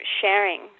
sharing